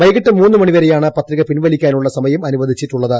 വൈകിട്ട് മൂന്നു മണിവരെയാണ് പത്രിക പീൻവലിക്കാനുള്ള സമയം അനുവദിച്ചിട്ടുള്ളത്